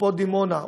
אפרופו דימונה,